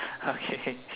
okay